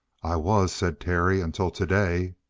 i was, said terry, until today.